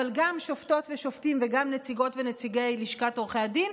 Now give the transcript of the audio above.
אבל גם שופטות ושופטים וגם נציגות ונציגי לשכת עורכי הדין.